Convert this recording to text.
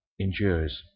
endures